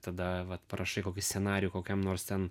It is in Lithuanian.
tada vat parašai kokį scenarijų kokiam nors ten